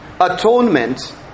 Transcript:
atonement